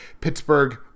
Pittsburgh